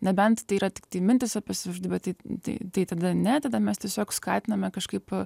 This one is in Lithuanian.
nebent tai yra tiktai mintys apie savižudybę tai tai tai tada ne tada mes tiesiog skatiname kažkaip